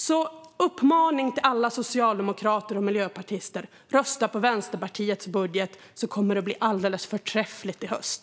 Min uppmaning till alla socialdemokrater och miljöpartister är: Rösta på Vänsterpartiets budget, så kommer det att bli alldeles förträffligt i höst!